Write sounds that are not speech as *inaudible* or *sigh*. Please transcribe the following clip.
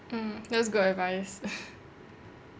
mm that's good advice *laughs*